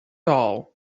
all